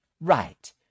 Right